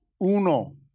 uno